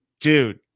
Dude